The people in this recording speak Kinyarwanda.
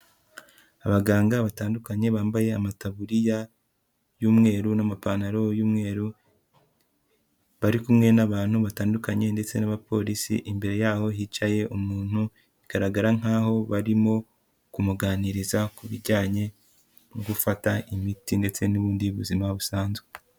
Abaganga batandukanye bambaye amataburiya y'umweru n'amapantaro y'umweru, bari kumwe n'abantu batandukanye ndetse n'abapolisi, imbere y'aho hicaye umuntu bigaragara nkaho barimo kumuganiriza ku bijyanye no gufata imiti ndetse n'ubundi buzima busanzwe.